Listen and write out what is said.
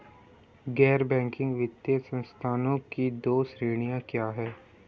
गैर बैंकिंग वित्तीय संस्थानों की दो श्रेणियाँ क्या हैं?